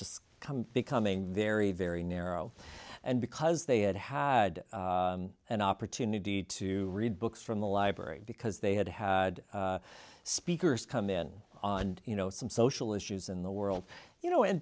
just becoming very very narrow and because they had had an opportunity to read books from the library because they had had speakers come in on you know some social issues in the world you know and